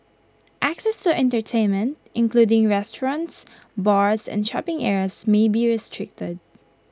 access to entertainment including restaurants bars and shopping areas may be restricted